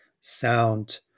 sound